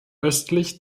östlich